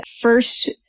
first